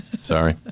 sorry